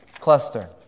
cluster